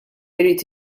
irid